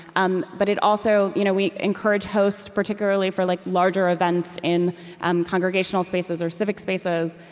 um but it also you know we encourage hosts, particularly for like larger events in um congregational spaces or civic spaces,